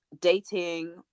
dating